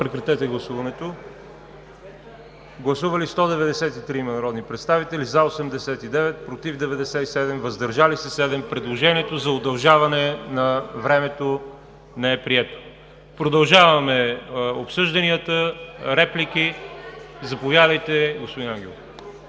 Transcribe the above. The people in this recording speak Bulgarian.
Моля, гласувайте. Гласували 193 народни представители: за 89, против 97, въздържали се 7. Предложението за удължаване на времето не е прието. Продължаваме обсъжданията. Реплики? Заповядайте, господин Ангелов.